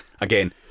again